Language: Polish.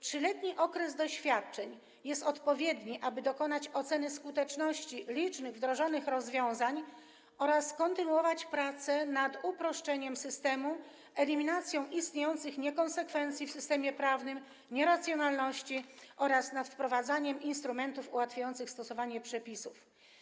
Trzyletni okres doświadczeń jest odpowiedni, aby dokonać oceny skuteczności licznych wdrożonych rozwiązań oraz kontynuować prace nad uproszczeniem systemu, eliminacją istniejących niekonsekwencji w systemie prawnym, nieracjonalności oraz nad wprowadzaniem instrumentów ułatwiających stosowanie przepisów.